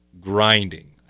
grinding